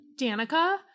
Danica